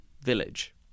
village